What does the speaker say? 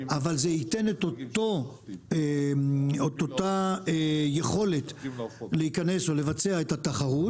אבל זה ייתן את אותה יכולת להיכנס או לבצע את התחרות,